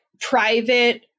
private